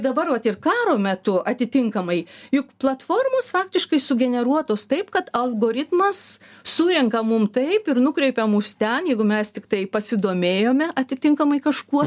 dabar vat ir karo metu atitinkamai juk platformos faktiškai sugeneruotos taip kad algoritmas surenka mum taip ir nukreipia mus ten jeigu mes tiktai pasidomėjome atitinkamai kažkuo